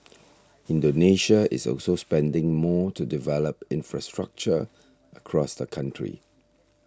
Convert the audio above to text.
Indonesia is also spending more to develop infrastructure across the country